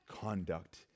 conduct